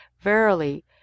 verily